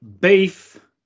beef